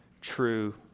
true